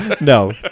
no